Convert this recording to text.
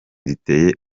riteye